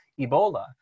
Ebola